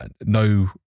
no